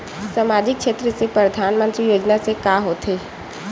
सामजिक क्षेत्र से परधानमंतरी योजना से का होथे?